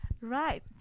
Right